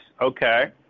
Okay